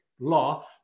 law